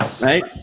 right